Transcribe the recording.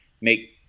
make